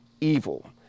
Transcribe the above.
evil